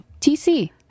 TC